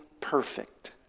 perfect